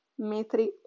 Metri